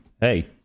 Hey